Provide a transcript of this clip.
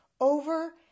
over